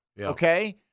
Okay